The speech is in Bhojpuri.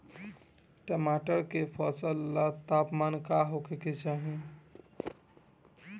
टमाटर के फसल ला तापमान का होखे के चाही?